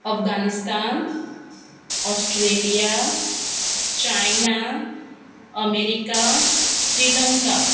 Afghanistan Australia China America Sri Lanka